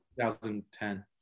2010